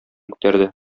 күтәрде